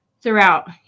throughout